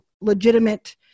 legitimate